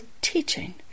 teaching